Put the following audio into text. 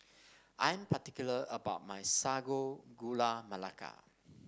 I'm particular about my Sago Gula Melaka